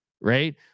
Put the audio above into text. right